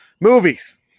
movies